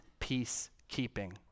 peacekeeping